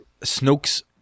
Snoke's